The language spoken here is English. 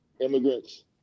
immigrants